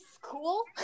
cool